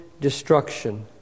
destruction